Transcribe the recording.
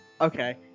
Okay